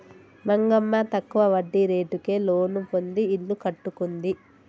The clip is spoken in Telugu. మంగమ్మ తక్కువ వడ్డీ రేటుకే లోను పొంది ఇల్లు కట్టుకుంది